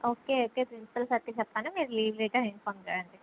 okay అయితే principal సార్కి చెప్తాను మీరు లీవ్ లెటర్ ఇన్ఫోర్మ్ చేయండి